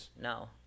No